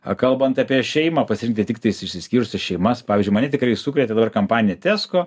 kalbant apie šeimą pasirinkti tiktais išsiskyrusias šeimas pavyzdžiui mane tikrai sukrėtė dabar kampaniją tesko